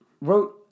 wrote